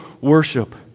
worship